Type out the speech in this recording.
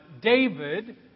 David